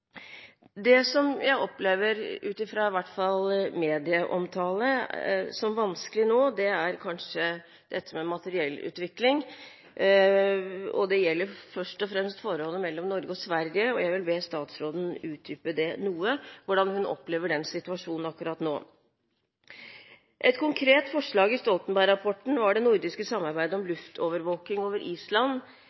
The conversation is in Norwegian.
Det som jeg, i hvert fall ut fra medieomtale, opplever som vanskelig nå, er kanskje dette med materiellutvikling. Det gjelder først og fremst forholdet mellom Norge og Sverige, og jeg vil be statsråden utdype noe hvordan hun opplever den situasjonen akkurat nå. Et konkret forslag i Stoltenberg-rapporten var det nordiske samarbeidet om luftovervåking over Island.